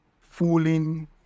fooling